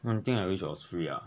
one thing I wish was free ah